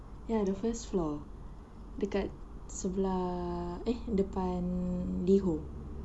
ya the first floor dekat sebelah eh depan liho